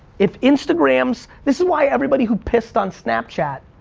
if instagrams, this is why everybody who pissed on snapchat,